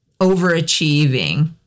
overachieving